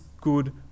good